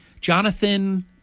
jonathan